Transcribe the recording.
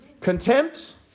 contempt